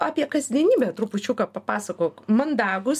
apie kasdienybę trupučiuką papasakok mandagūs